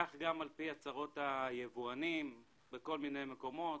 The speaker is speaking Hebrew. כך על פי הצהרות היבואנים בכל מיני מקומות